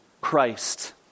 Christ